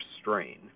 strain